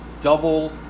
Double